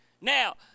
Now